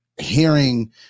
hearing